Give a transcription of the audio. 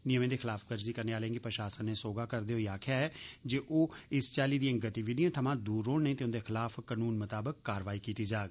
नियमें दी खिलाफवर्जी करने आलें गी प्रशासन नै सौहगा करदे होई आक्खेआ ऐ जे ओ इस चाल्ली दिएं गतिविधियें थमां दूर रौहन नेंई ते उन्दे खिलाफ कनून मताबक कारवाई कीती जाग